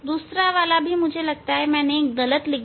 दूसरा वाला भी मुझे लगता है मैंने गलत लिख दिया